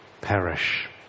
perish